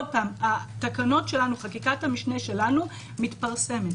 התקנות שלנו, חקיקת המשנה שלנו, מתפרסמת.